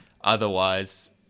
Otherwise